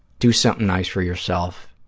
do something nice for yourself.